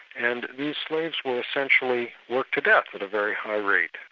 and these slaves were essentially worked to death at a very high rate.